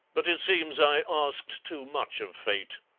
but it seems i asked too much of fate.